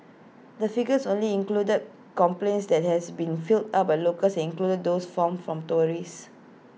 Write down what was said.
the figures only included complaints that has been filed up by locals and excludes those from from tourists